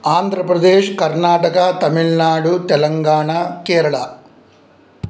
आन्ध्रप्रदेशः कर्नाटका तमिळ्नाडु तेलङ्गाणा केरळा